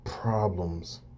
problems